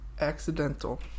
Accidental